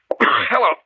Hello